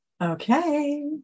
Okay